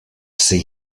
see